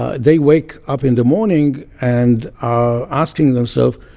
ah they wake up in the morning and are asking themselves,